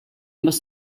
must